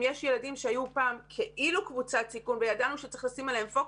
אם יש ילדים שהיו פעם קבוצת סיכון וידענו שצריך לשים עליהם פוקוס,